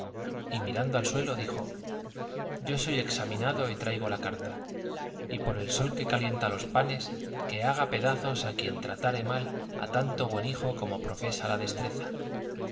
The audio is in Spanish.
y mirando al suelo dijo yo soy examinado y traigo la carta y por el sol que calienta los panes que haga pedazos a quien tratare mal a tanto buen hijo como profesa la destreza